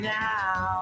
now